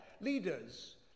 Leaders